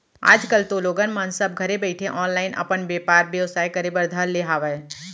आज कल तो लोगन मन सब घरे बइठे ऑनलाईन अपन बेपार बेवसाय करे बर धर ले हावय